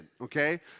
okay